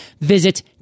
Visit